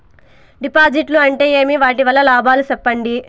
డిపాజిట్లు అంటే ఏమి? వాటి వల్ల లాభాలు సెప్పండి?